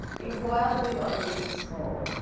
a wildly audacious goal.